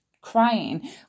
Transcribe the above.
crying